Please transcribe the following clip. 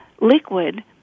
liquid